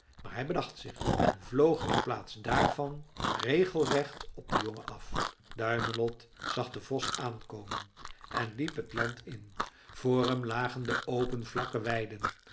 maar hij bedacht zich en vloog in plaats daarvan regelrecht op den jongen af duimelot zag den vos aankomen en liep het land in voor hem lagen de open vlakke weiden